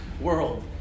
world